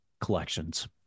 collections